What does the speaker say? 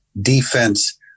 defense